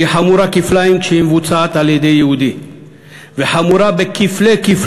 והיא חמורה כפליים כשהיא מבוצעת על-ידי יהודי וחמורה בכפלי-כפליים